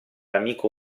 amico